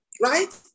right